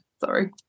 sorry